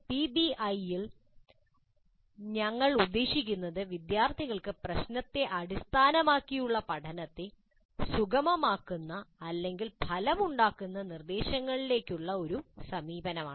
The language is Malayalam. പിബിഐയിൽ ഞങ്ങൾ ഉദ്ദേശിക്കുന്നത് വിദ്യാർത്ഥികൾക്ക് പ്രശ്നത്തെ അടിസ്ഥാനമാക്കിയുള്ള പഠനത്തെ സുഗമമാക്കുന്ന അല്ലെങ്കിൽ ഫലമുണ്ടാക്കുന്ന നിർദ്ദേശങ്ങളിലേക്കുള്ള ഒരു സമീപനമാണ്